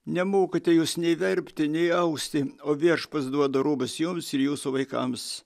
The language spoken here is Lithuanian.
nemokate jūs nei verpti nei austi o viešpats duoda rūbus jums ir jūsų vaikams